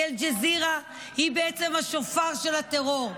כי אל-ג'זירה היא השופר של הטרור,